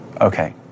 Okay